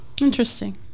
Interesting